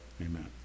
Amen